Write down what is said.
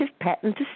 patent